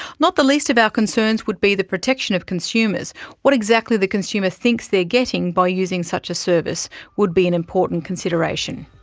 not the least of our concerns would be the protection of consumers what exactly the consumer thinks they're getting by using such a service would be an important consideration.